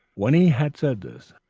when he had said this,